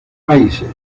países